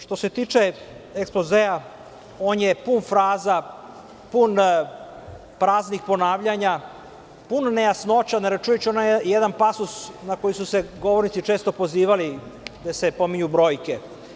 Što se tiče ekspozea, on je pun fraza, pun praznih ponavljanja, pun nejasnoća, ne računajući onaj jedan pasos na koji su se govornici često pozivali, gde se pominju brojke.